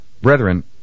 Brethren